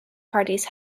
parties